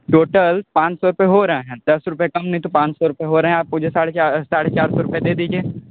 total पाँच सौ रुपए हो रहे हैं दस रुपए कम नही तो पाँच सौ रुपए हो रहे हैं आप मुझे साढ़े चार साढ़े चार सौ रुपए दे दीजिए